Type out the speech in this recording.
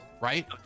right